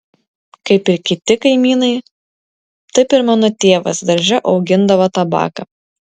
kaip ir kiti kaimynai taip ir mano tėvas darže augindavo tabaką